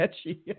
sketchy